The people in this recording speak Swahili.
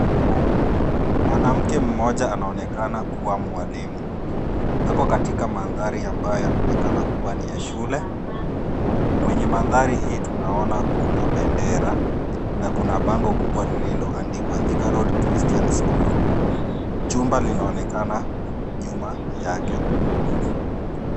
Mwanamke mmoja anaonekana kuwa mwalimu. Ako katika mandhari ambayo yanaonekana kuwa ni ya shule, Kwenye mandhari hii tunaona kuna bendera, na kuna bango kubwa lililoandikwa Thika road Christian. School. Jumba linaonekana nyuma yake.